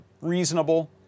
reasonable